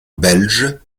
belges